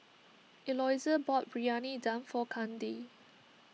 Eloisa bought Briyani Dum for Kandy